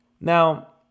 Now